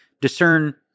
discern